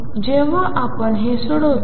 म्हणून जेव्हा आपण हे सोडवतो